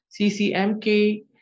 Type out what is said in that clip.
CCMK